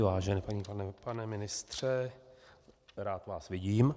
Vážený pane ministře, rád vás vidím.